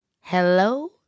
Hello